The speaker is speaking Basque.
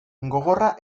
gogorra